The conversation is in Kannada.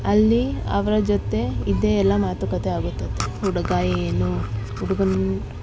ಅಲ್ಲಿ ಅವರ ಜೊತೆ ಇದೇ ಎಲ್ಲ ಮಾತುಕತೆ ಆಗುತ್ತದೆ ಹುಡುಗ ಏನು ಹುಡುಗನ